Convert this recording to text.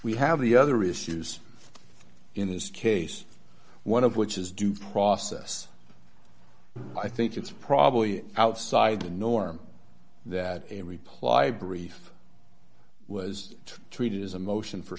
we have the other issues in this case one of which is due process i think it's probably outside the norm that a reply brief was treated as a motion for